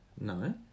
No